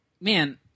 Man